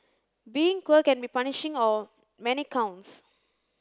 being poor can be punishing on many counts